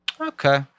Okay